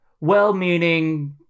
well-meaning